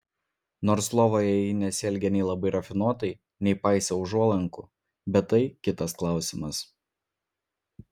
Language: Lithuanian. nors lovoje ji nesielgė nei labai rafinuotai nei paisė užuolankų bet tai kitas klausimas